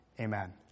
Amen